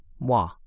Moi